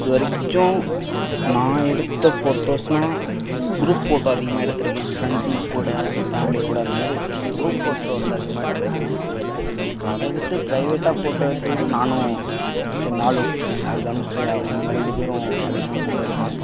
இது வரைக்கும் நான் எடுத்த ஃபோட்டோஸ்னால் க்ரூப் ஃபோட்டோ அதிகமாக எடுத்திருக்கேன் ஃப்ரெண்ட்ஸுங்கக் கூட ஃபேமிலி கூட அந்த மாதிரி க்ரூப் ஃபோட்டோஸ் அதிகமாக எடுத்திருக்கேன் அதை விட்டு ப்ரைவேட்டாக ஃபோட்டோ எடுத்ததுன்னால் நானும் எங்கள் ஆளும் என் ஆள் தனுஷியாவும் நாங்கள் ரெண்டு பேரும் அதிகமாக ஃபோட்டோ எடுப்போம்